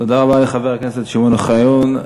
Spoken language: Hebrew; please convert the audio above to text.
תודה רבה לחבר הכנסת שמעון אוחיון.